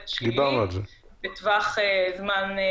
לבדוק.